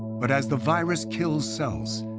but as the virus kills cells,